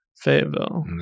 Fayetteville